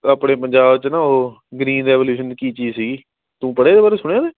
ਆਪਣੇ ਪੰਜਾਬ 'ਚ ਨਾ ਉਹ ਗਰੀਨ ਰੈਵੋਲਿਊਸ਼ਨ ਕੀ ਚੀਜ਼ ਸੀਗੀ ਤੂੰ ਪੜ੍ਹਿਆ ਇਹਦੇ ਬਾਰੇ ਸੁਣਿਆ ਤੂੰ